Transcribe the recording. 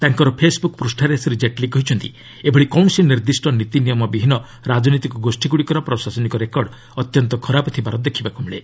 ତାଙ୍କର ଫେସ୍ବୁକ୍ ପୃଷ୍ଠାରେ ଶ୍ରୀ ଜେଟ୍ଲୀ କହିଛନ୍ତି ଏଭଳି କୌଣସି ନିର୍ଦ୍ଦିଷ୍ଟ ନୀତିନିୟମବିହୀନ ରାଜନୈତିକ ଗୋଷୀଗୁଡ଼ିକର ପ୍ରଶାସନିକ ରେକର୍ଡ଼ ଅତ୍ୟନ୍ତ ଖରାପ ଥିବାର ଦେଖିବାକୁ ମିଳେ